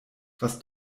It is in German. was